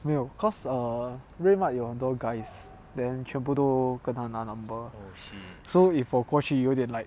没有 because err RedMart 有很多 guys then 全部都跟她拿 number so if 我过去有点 like